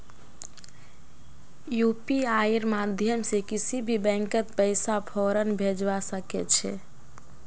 यूपीआईर माध्यम से किसी भी बैंकत पैसा फौरन भेजवा सके छे